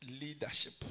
leadership